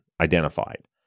identified